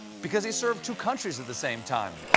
because he served two countries at the same time.